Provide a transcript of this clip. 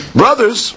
brothers